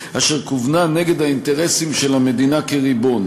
אשר כוונה נגד האינטרסים של המדינה כריבון.